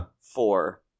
four